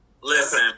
Listen